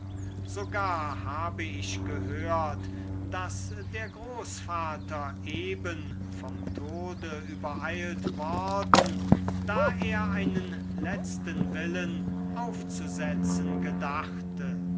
sogar habe ich gehört daß der großvater eben vom tode übereilt worden da er einen letzten willen aufzusetzen gedachte